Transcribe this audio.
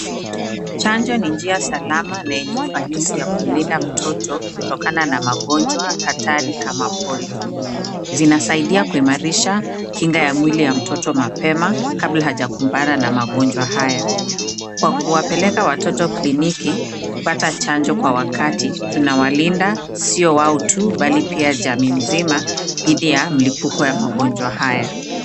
Chanjo ni njia salama na yenye ufanisi ya kumlinda mtoto kutokana na magonjwa, hatari kama polio. Zinasaidia kuimarisha, kinga ya mwili ya mtoto mapema, kabla hajakumbana na magonjwa haya. Kwa kuwapeleka watoto kliniki, kupata chanjo kwa wakati, tunawalinda, sio wau tu bali pia jamii nzima, dhidi ya mlipuko wa magonjwa haya.